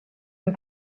and